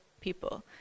people